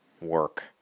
work